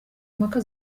mpaka